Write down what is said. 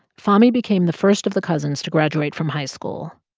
fahmee became the first of the cousins to graduate from high school.